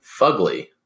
Fugly